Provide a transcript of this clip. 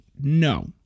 No